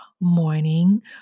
morning